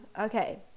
okay